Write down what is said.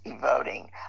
voting